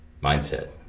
mindset